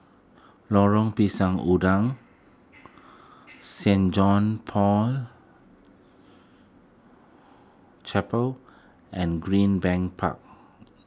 Lorong Pisang Udang Saint John's Paul Chapel and Greenbank Park